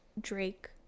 Drake